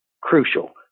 crucial